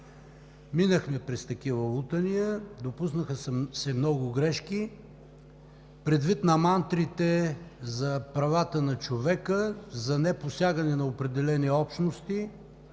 Минахме през такива лутания, допуснаха се много грешки предвид на мантрите за правата на човека, за непосягане на определени общности,